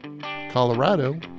Colorado